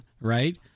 right